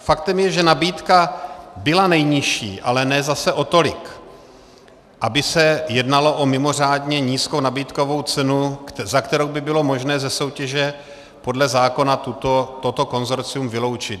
Faktem je, že nabídka byla nejnižší, ale zase ne o tolik, aby se jednalo o mimořádně nízkou nabídkovou cenu, za kterou by bylo možné ze soutěže podle zákona toto konsorcium vyloučit.